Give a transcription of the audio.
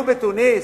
פצצות היו בתוניס?